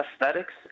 Aesthetics